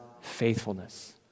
faithfulness